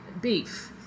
beef